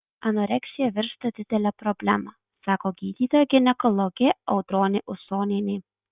anoreksija virsta didele problema sako gydytoja ginekologė audronė usonienė